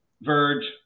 Verge